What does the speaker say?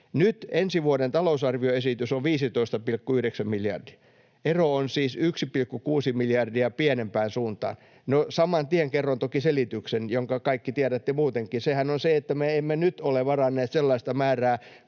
Nyt ensi vuoden talousarvioesitys on 15,9 miljardia. Ero on siis 1,6 miljardia pienempään suuntaan. No, saman tien kerron toki selityksen, jonka kaikki tiedätte muutenkin. Sehän on se, että me emme nyt ole varanneet sellaista määrää